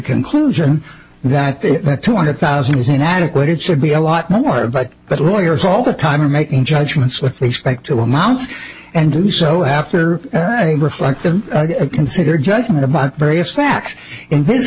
conclusion that the two hundred thousand is inadequate it should be a lot more but but lawyers all the time are making judgments with respect to amounts and do so after reflecting a considered judgment about various facts in this